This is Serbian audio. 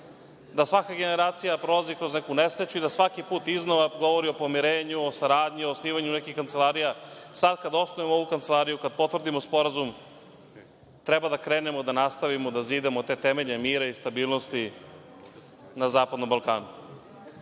da svaka generacija prolazi kroz neku nesreću i da svaki put iznova govori o pomirenju, o saradnji, o osnivanju nekih kancelara. Sada kada osnujemo ovu kancelariju, kada potvrdimo sporazum, treba da krenemo, da nastavimo da zidamo temelje mira i stabilnosti na zapadnom Balkanu. Ako